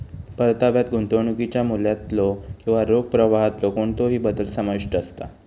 परताव्यात गुंतवणुकीच्या मूल्यातलो किंवा रोख प्रवाहातलो कोणतोही बदल समाविष्ट असता